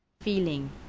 feeling